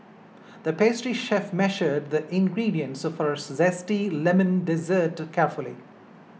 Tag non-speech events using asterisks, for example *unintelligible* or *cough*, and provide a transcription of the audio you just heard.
the pastry chef measured the ingredients *unintelligible* for a Zesty Lemon Dessert carefully